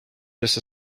this